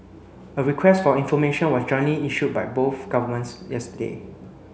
a request for information was jointly issued by both governments yesterday